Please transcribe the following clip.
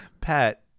Pat